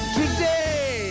today